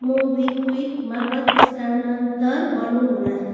मोबिक्विकमार्फत् स्थानान्तर गर्नुहोला